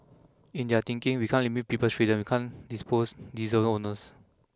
in their thinking we can't limit people's freedom we can't dispose diesel owners